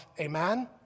Amen